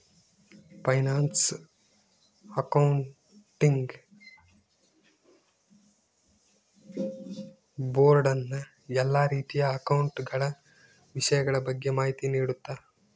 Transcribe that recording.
finance accounting board ನ ಎಲ್ಲಾ ರೀತಿಯ ಅಕೌಂಟ ಗಳ ವಿಷಯಗಳ ಬಗ್ಗೆ ಮಾಹಿತಿ ನೀಡುತ್ತ